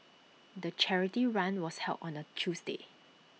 the charity run was held on A Tuesday